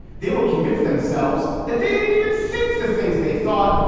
they will convince themselves that they didn't even think the things they thought,